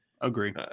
agree